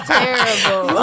terrible